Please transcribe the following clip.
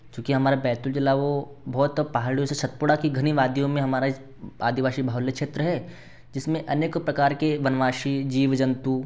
क्योंकि हमारा बैतूल जिला वो बहुत पहाड़ियों से सतपुड़ा की घनी वादियों में हमारा इस आदिवासी बहुल्य क्षेत्र है जिसमे अनेकों प्रकार के बनवासी जीव जंतु